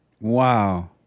wow